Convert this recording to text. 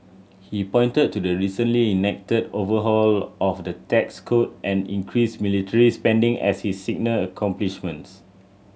he pointed to the recently enacted overhaul of of the tax code and increased military spending as his signal accomplishments